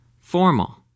formal